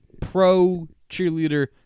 pro-cheerleader